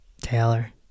Taylor